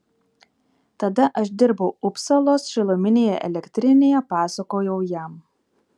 tada aš dirbau upsalos šiluminėje elektrinėje pasakojau jam